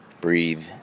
Breathe